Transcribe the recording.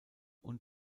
und